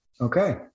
Okay